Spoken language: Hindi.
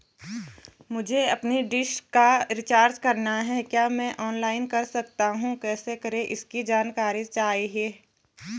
मुझे अपनी डिश का रिचार्ज करना है क्या मैं ऑनलाइन कर सकता हूँ कैसे करें इसकी जानकारी चाहिए?